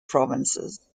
provinces